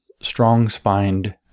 strong-spined